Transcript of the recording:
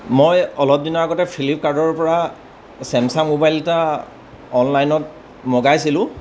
মই অলপ দিনৰ আগতে ফ্লিপকাৰ্টৰ পৰা ছেমচাং মোবাইল এটা অনলাইনত মগাইছিলোঁ